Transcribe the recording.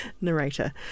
narrator